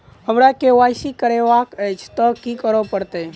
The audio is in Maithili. हमरा केँ वाई सी करेवाक अछि तऽ की करऽ पड़तै?